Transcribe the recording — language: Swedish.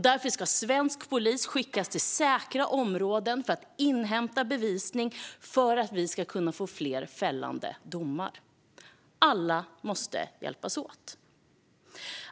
Därför ska svensk polis skickas till säkra områden för att inhämta bevisning för att vi ska kunna få fler fällande domar. Alla måste hjälpas åt.